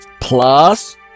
plus